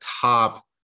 top